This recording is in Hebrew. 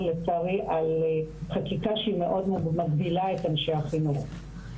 לצערי על חקיקה שהיא מאוד מגבילה את אנשי החינוך.